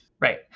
Right